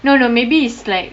no no maybe is like